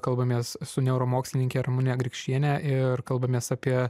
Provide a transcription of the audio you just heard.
kalbamės su neuromokslininke ramune grikšiene ir kalbamės apie